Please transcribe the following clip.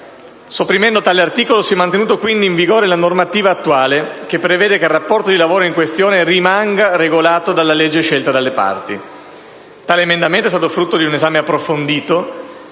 Sopprimendo tale articolo, si è mantenuta quindi in vigore la normativa attuale, che prevede che il rapporto di lavoro in questione rimanga regolato dalla legge scelta dalle parti. Tale emendamento è stato frutto di un esame approfondito,